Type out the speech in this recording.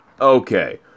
Okay